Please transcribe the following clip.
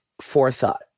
forethought